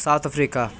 South Africa